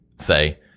say